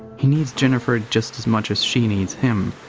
he needs jennifer just as much as she needs him.